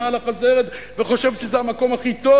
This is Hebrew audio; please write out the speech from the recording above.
על החזרת וחושבת שזה המקום הכי טוב?